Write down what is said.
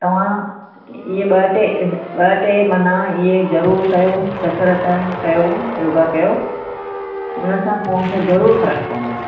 तव्हां इहे ॿ टे ॿ टे माना इहे ज़रूर कयो कसरत कयो योगा कयो उन सां तव्हां खे ज़रूर फ़रक़ पवंदो